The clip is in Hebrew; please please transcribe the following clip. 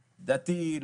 דתי,